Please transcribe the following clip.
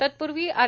तत्पूर्वी आर